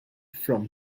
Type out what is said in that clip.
from